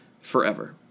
forever